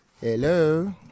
Hello